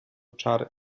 czary